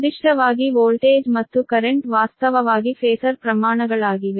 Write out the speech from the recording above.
ನಿರ್ದಿಷ್ಟವಾಗಿ ವೋಲ್ಟೇಜ್ ಮತ್ತು ಕರೆಂಟ್ ವಾಸ್ತವವಾಗಿ ಫ್ಯಾಸರ್ ಪ್ರಮಾಣಗಳಾಗಿವೆ